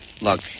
look